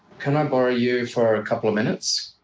can i borrow you for a couple of minutes?